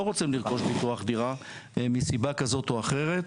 רוצים לרכוש ביטוח דירה מסיבה כזאת או אחרת,